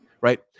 right